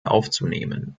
aufzunehmen